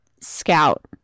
scout